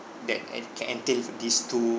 that and can entail these two